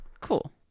cool